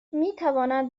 میتواند